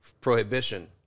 prohibition